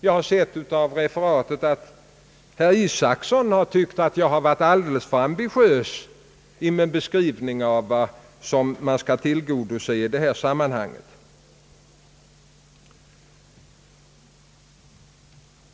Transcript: Jag har sett av referaten att herr Isacson sagt att jag varit alldeles för ambitiös i min beskrivning av vad man skall tillgodose i detta sammanhang.